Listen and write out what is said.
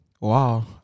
Wow